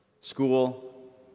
school